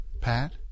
Pat